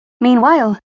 Meanwhile